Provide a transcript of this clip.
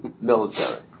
military